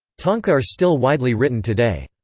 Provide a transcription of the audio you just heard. tanka are still widely written today.